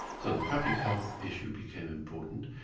so the public health issue became important.